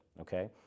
Okay